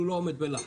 הוא לא עומד בלחץ.